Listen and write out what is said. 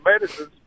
medicines